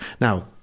Now